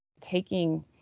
taking